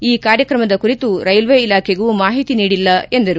ಈ ಕಾರ್ಯಕ್ರಮದ ಕುರಿತು ರೈಲ್ವೆ ಇಲಾಖೆಗೂ ಮಾಹಿತಿ ನೀಡಿಲ್ಲ ಎಂದರು